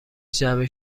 جعبه